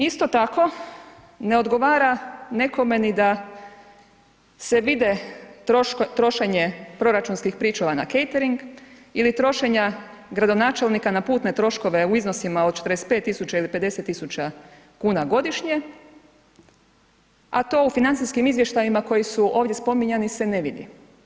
Isto tako, ne odgovara nekome ni da se vide trošenje proračunskih pričuva na catering ili trošenja gradonačelnika na putne troškove u iznosima od 45 000 ili 50 000 kuna godišnje, a to u financijskim izvještajima koji su ovdje spominjani se ne vidi.